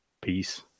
Peace